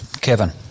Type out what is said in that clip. Kevin